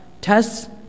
tests